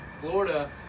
Florida